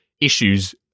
issues